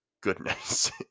goodness